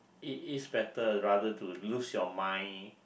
it it's better rather to lose your mind